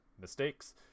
mistakes